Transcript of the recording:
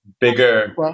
bigger